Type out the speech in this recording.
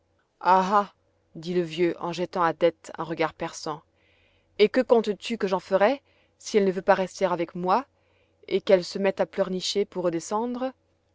dit le vieux en jetant à dete un regard perçant et que comptes-tu que j'en ferai si elle ne veut pas rester avec moi et qu'elle se mette à pleurnicher pour redescendre